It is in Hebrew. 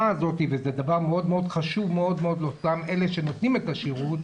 הזאת וזה דבר מאוד חשוב לאותם אלה שנותנים את השירות,